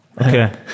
Okay